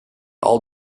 all